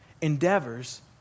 endeavors